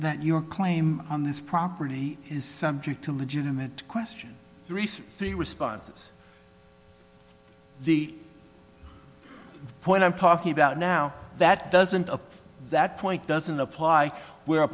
that your claim on this property is subject to legitimate question research three responses the point i'm talking about now that doesn't appear that point doesn't apply where a